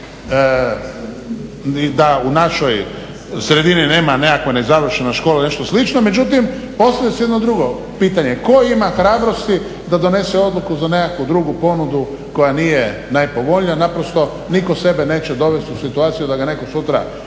da u našoj sredini nema nekakva nezavršena škola ili nešto slično. Međutim postavlja se jedno drugo pitanje, tko ima hrabrosti da donese odluku za nekakvu drugu ponudu koja nije najpovoljnija. Naprosto, nitko sebe neće dovesti u situaciju da ga netko sutra